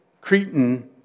Cretan